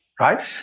right